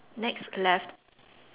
next left